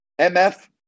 MF